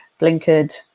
blinkered